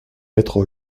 être